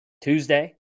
Tuesday